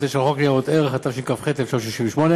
1999, ולחוק ניירות ערך, התשכ"ח 1968,